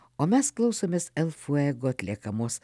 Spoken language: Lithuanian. o mes klausomės el fuego atliekamos